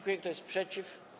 Kto jest przeciw?